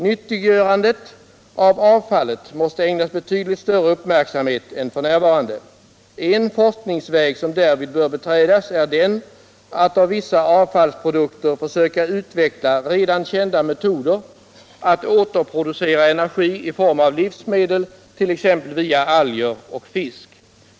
Nyttiggörandet av avfallet måste ägnas betydligt större uppmärksamhet än f.n. En forskningsväg som därvid bör beträdas är att av vissa avfallsprodukter försöka utveckla redan kända metoder att återproducera energi i form av livsmedel, t.ex. via alger och fisk.